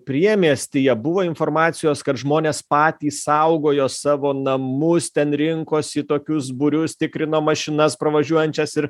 priemiestyje buvo informacijos kad žmonės patys saugojo savo namus ten rinkosi į tokius būrius tikrino mašinas pravažiuojančias ir